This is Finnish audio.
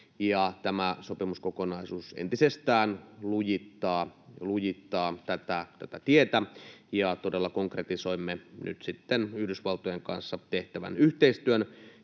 Tämä sopimuskokonaisuus entisestään lujittaa tätä tietä. Todella konkretisoimme nyt Yhdysvaltojen kanssa tehtävän yhteistyön